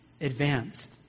advanced